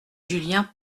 julien